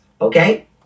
okay